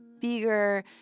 bigger